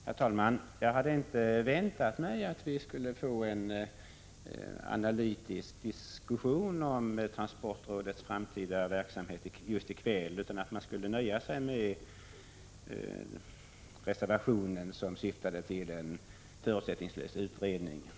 Herr talman! Jag hade inte väntat mig att vi skulle få en analytisk diskussion om transportrådets framtida verksamhet just i kväll, utan att man skulle nöja sig med att konstatera att det finns en reservation som syftar till en förutsättningslös utredning.